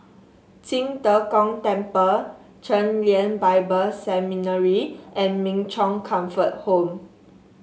Qing De Gong Temple Chen Lien Bible Seminary and Min Chong Comfort Home